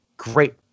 Great